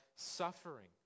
suffering